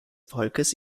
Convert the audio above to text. volkes